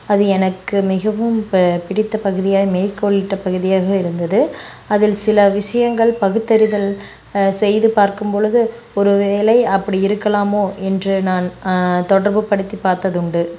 அது எனக்கு மிகவும் இப்போ பிடித்த பகுதியாய் மேற்கோளிட்ட பகுதியாக இருந்தது அதில் சில விஷயங்கள் பகுத்தறிதல் செய்து பார்க்கும் பொழுது ஒரு வேலை அப்படி இருக்கலாமோ என்று நான் தொடர்பு படுத்தி பார்த்ததுண்டு